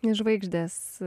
nes žvaigždės